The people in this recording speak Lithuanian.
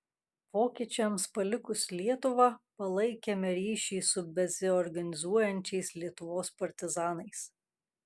vokiečiams palikus lietuvą palaikėme ryšį su besiorganizuojančiais lietuvos partizanais